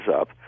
up